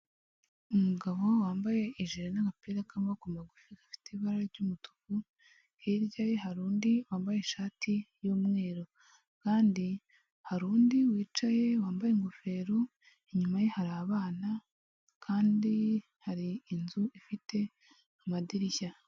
Umugabo wambaye ijire n'agapira k'amaboko magufi gafite ibara ry'umutuku hirya hari undi wambaye ishati y'umweru kandi hari undi wicaye wambaye ingofero, inyuma ye hari abana kandi hari inzu ifite amadirishya.